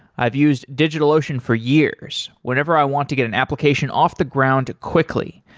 i've used digitalocean for years whenever i want to get an application off the ground quickly,